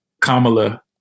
Kamala